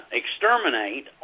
exterminate